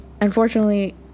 unfortunately